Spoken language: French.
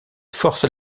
force